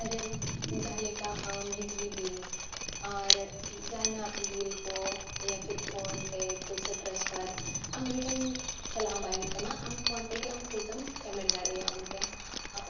ᱟᱨᱮᱢ ᱡᱟᱦᱟᱸ ᱞᱮᱠᱟ ᱵᱤᱡᱽᱞᱤ ᱵᱤᱞ ᱟᱨ ᱡᱟᱦᱟᱱᱟᱜ ᱵᱤᱞ ᱠᱚ ᱯᱷᱤᱨ ᱯᱷᱳᱱ ᱛᱮ ᱯᱩᱭᱥᱟᱹ ᱴᱨᱟᱱᱥᱯᱷᱟᱨ ᱟᱢ ᱩᱱᱤ ᱴᱷᱮᱱ ᱪᱟᱞᱟᱜ ᱦᱚᱸ ᱵᱟᱭ ᱦᱩᱭᱩᱜ ᱛᱟᱢᱟ ᱟᱢ ᱯᱷᱳᱱ ᱛᱮᱜᱮ ᱯᱚᱭᱥᱟᱢ ᱯᱮᱢᱮᱱᱴ ᱫᱟᱲᱮᱭᱟᱭᱟ ᱩᱱᱤᱜᱮ